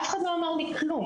אף אחד לא אמר לי כלום.